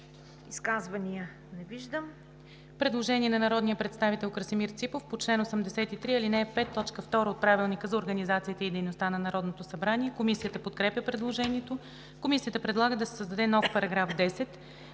Изказвания? Не виждам.